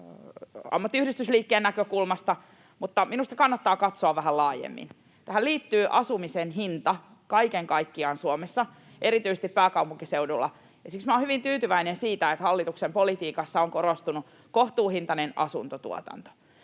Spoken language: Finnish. ammattiyhdistysliikkeen näkökulmasta, mutta minusta kannattaa katsoa vähän laajemmin. Tähän liittyy asumisen hinta kaiken kaikkiaan Suomessa, erityisesti pääkaupunkiseudulla. Ja siksi minä olen hyvin tyytyväinen siitä, että hallituksen politiikassa on korostunut kohtuuhintainen asuntotuotanto.